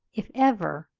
if ever,